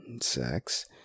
sex